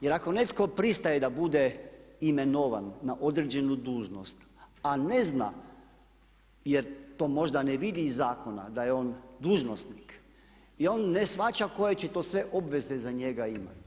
Jer ako netko pristaje da bude imenovan na određenu dužnost, a ne zna jer to možda ne vidi iz zakona da je on dužnosnik i on ne shvaća koje će to sve obveze za njega imati.